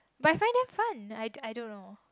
but I find them fun I I don't know